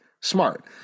Smart